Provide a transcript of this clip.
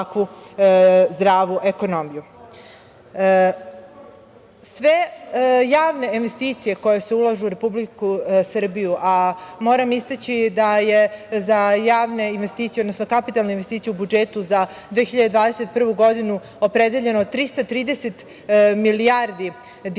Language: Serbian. zdravu ekonomiju. Sve javne investicije koje se ulažu u Republiku Srbije, a moram istaći da je za javne investicije, odnosno kapitalne investicije u budžetu za 2021. godinu opredeljeno 330 milijardi dinara,